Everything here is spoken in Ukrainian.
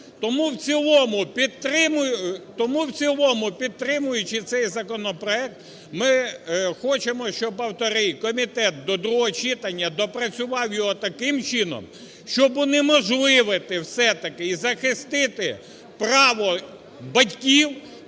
Тому в цілому підтримуючи цей законопроект, ми хочемо, щоб автори, комітет до другого читання допрацював його таким чином, щоб унеможливити все-таки і захистити право батьків